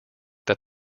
that